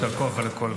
יישר כוח על הכול.